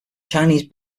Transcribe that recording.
chinese